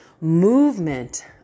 movement